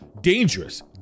dangerous